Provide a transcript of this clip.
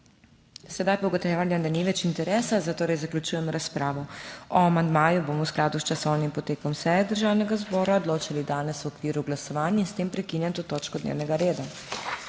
Sedaj pa ugotavljam, da ni več interesa, zatorej zaključujem razpravo. O amandmaju bomo v skladu s časovnim potekom seje Državnega zbora odločali danes v okviru glasovanj. S tem prekinjam to točko dnevnega reda.